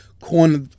corner